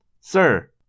Sir